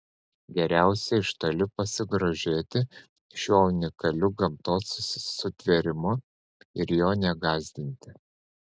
geriausia iš toli pasigrožėti šiuo unikaliu gamtos sutvėrimu ir jo negąsdinti